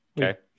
Okay